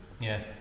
Yes